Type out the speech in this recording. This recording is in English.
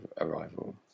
Arrival